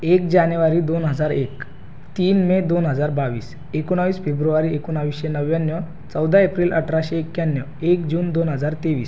एक जानेवारी दोन हजार एक तीन मे दोन हजार बावीस एकोणावीस फेब्रुवारी एकोणावीसशे नव्याण्णव चौदा एप्रिल अठराशे एक्याण्णव एक जून दोन हजार तेवीस